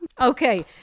Okay